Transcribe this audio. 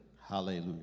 Hallelujah